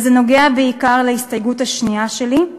זה נוגע בעיקר להסתייגות השנייה שלי,